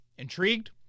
Intrigued